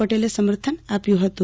પટેલે સમર્થન આપ્યું ફતું